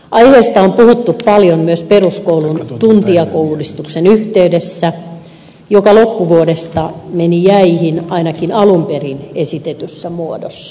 aiheesta on puhuttu paljon myös peruskoulun tuntijakouudistuksen yhteydessä joka loppuvuodesta meni jäihin ainakin alun perin esitetyssä muodossaan